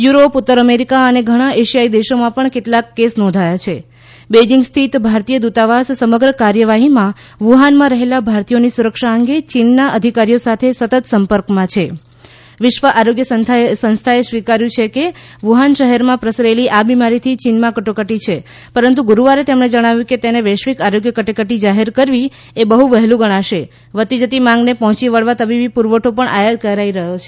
Europe ઉતર America અને ઘણા એશિયાઇ દેશોમાં પણ કેટલાક કેસ નોંધાયા છે બેઇજીંગ સ્થિત ભારતીય દુતાવાસ સમગ્ર કાર્યવાહીમાં વુહાનમાં રહેલા ભારતીયોની સુરક્ષા અંગે ચીનનાં અધિકારીઓ સાથે સતત સંપર્કમાં છે વિશ્વ આરોગ્ય સંસ્થાએ સ્વીકાર્ય છે કે વુહાન શહેરમાં પ્રસરેલી આ બિમારીથી ચીનમાં કટોકટી છે પરંતુ ગુરૂવારે તેમણે જણાવ્યુ કે તેને વૈશ્વિક આરોગ્ય કટોકટી જાહેર કરવી એ બહ્ વહેલુ ગણાશે વધતી જતી માંગને પહોંચી વળવા તબીબી પુરવઠા પણ આયાત કરાઇ રહ્યો છે